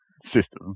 system